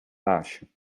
baasje